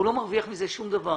הוא לא מרוויח מזה שום דבר